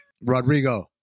rodrigo